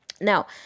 Now